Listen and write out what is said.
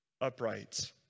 upright